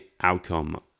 outcome